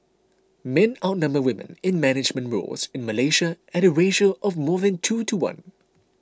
men outnumber women in management roles in Malaysia at a ratio of more than two to one